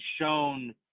shown